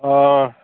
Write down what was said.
ஆ